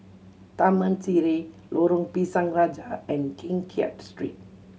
Taman Sireh Lorong Pisang Raja and Keng Kiat Street